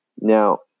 Now